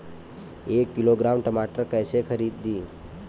एक किलोग्राम टमाटर कैसे खरदी?